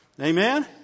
Amen